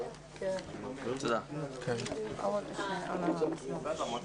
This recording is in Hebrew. בוקר טוב עמית אדרי,